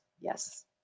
yes